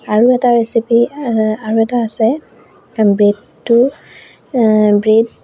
আৰু এটা ৰেচিপি আৰু এটা আছে ব্ৰেডটো ব্ৰেড